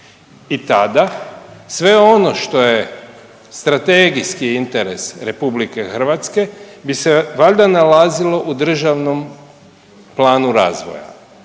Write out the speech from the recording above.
i tada sve ono što je strategijski interes RH bi se valjda nalazilo u državnom planu razvoja.